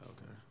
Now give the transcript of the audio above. Okay